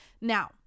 Now